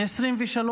ב-2023,